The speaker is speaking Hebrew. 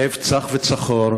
לב צח וצחור,